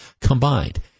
combined